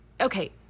okay